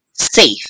Safe